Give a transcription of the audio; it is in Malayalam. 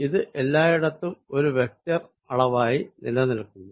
ഇത് എല്ലായിടത്തും ഒരു വെക്ടർ അളവായി നില നിൽക്കുന്നു